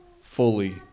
fully